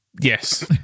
Yes